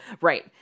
Right